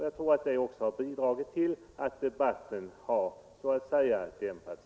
Jag anser att detta har bidragit till att debatten just nu något har dämpats.